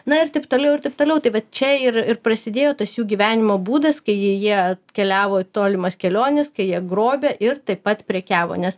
na ir taip toiau ir taip toiau tai va čia ir prasidėjo tas jų gyvenimo būdas kai jie keliavo į tolimas keliones kai jie grobė ir taip pat prekiavo nes